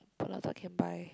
can buy